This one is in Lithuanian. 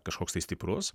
kažkoks tai stiprus